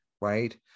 right